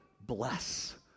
bless